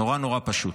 נורא נורא פשוט.